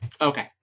Okay